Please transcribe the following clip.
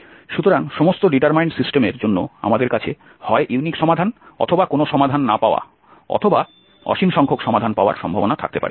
সুতরাং সমস্ত ডিটারমাইন্ড সিস্টেমের জন্য আমাদের কাছে হয় ইউনিক সমাধান অথবা কোনও সমাধান না পাওয়া অথবা অসীম সংখ্যক সমাধান পাওয়ার সম্ভাবনা থাকতে পারে